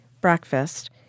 breakfast